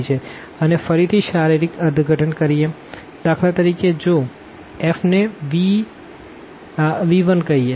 અને ફરીથી શારીરિક અર્થઘટન કરીએ દાખલા તરીકે જો f ને V1કહીએ